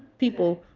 people,